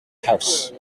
house